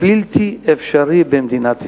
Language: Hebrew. בלתי אפשרי במדינת ישראל,